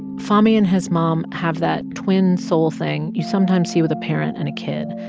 fahmee and his mom have that twin-soul thing you sometimes see with a parent and a kid.